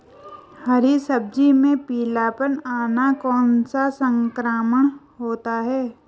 हरी सब्जी में पीलापन आना कौन सा संक्रमण होता है?